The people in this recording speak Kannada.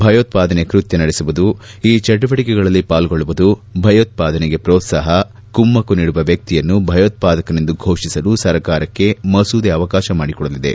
ಭಯೋತ್ಪಾದನೆ ಕೃತ್ಯ ನಡೆಸುವುದು ಈ ಚಟುವಟಕೆಗಳಲ್ಲಿ ಪಾಲ್ಗೊಳ್ಳುವುದು ಭಯೋತ್ವಾದನೆಗೆ ಪೋತ್ವಾಪ ಕುಮ್ಮಕ್ಕು ನೀಡುವ ವ್ಯಕ್ತಿಯನ್ನು ಭಯೋತ್ಪಾದಕನೆಂದು ಘೋಷಿಸಲು ಸರ್ಕಾರಕ್ಕೆ ಮಸೂದೆ ಅವಕಾಶ ಮಾಡಿಕೊಡಲಿದೆ